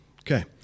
Okay